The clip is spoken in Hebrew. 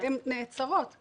הן נעצרות, פשוט.